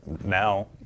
now